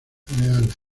cereales